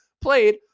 played